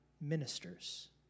ministers